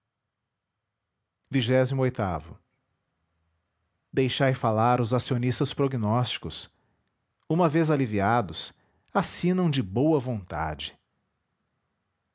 e as eixai falar os acionistas prognósticos uma vez aliviados assinam de boa vontade